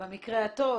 במקרה הטוב,